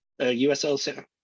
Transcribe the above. USL